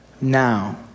now